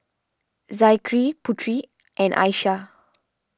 Zikri Putri and Aishah